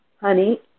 Honey